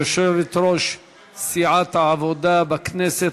יושבת-ראש סיעת העבודה בכנסת,